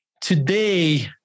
Today